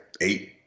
Eight